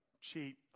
cheat